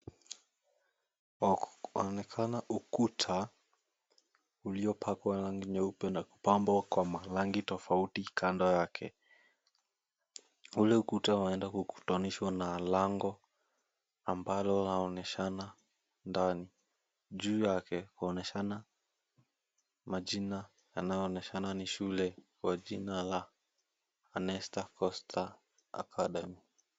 Panaonekana ukuta uliopakwa rangi nyeupe na kupambwa kwa marangi tofauti kando yake. Ule ukuta unaenda kukutanishwa na lango ambalo linaonyeshana ndani. Juu yake kwaonyeshana majina yanayoonyeshana shule kwa jina la, Anestar Coast Academy.